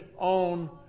own